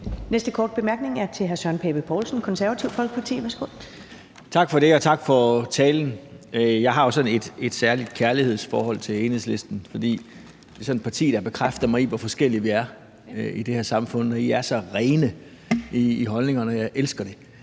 Folkeparti. Værsgo. Kl. 14:58 Søren Pape Poulsen (KF): Tak for det, og tak for talen. Jeg har jo sådan et særligt kærlighedsforhold til Enhedslisten, fordi det er sådan et parti, der bekræfter mig i, hvor forskellige vi er i det her samfund, og I er så rene i holdningerne, og jeg elsker det,